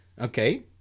Okay